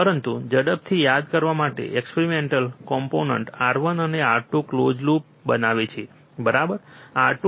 પરંતુ માત્ર ઝડપથી યાદ કરવા માટે એક્સટર્નલ કોમ્પોનન્ટ R1 અને R2 કલોઝ લૂપ બનાવે છે બરાબર